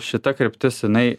šita kryptis jinai